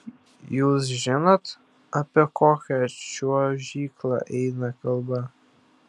jūs žinot apie kokią čiuožyklą eina kalba